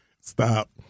Stop